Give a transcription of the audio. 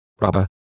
rubber